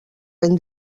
ben